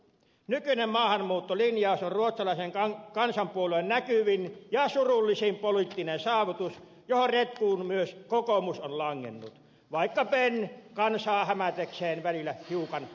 nykyinen maahanmuuttolinjaus on ruotsalaisen kansanpuolueen näkyvin ja surullisin poliittinen saavutus johon retkuun myös kokoomus on langennut vaikka ben kansaa hämätäkseen välillä hiukan vastustaakin sitä